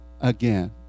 again